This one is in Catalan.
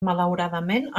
malauradament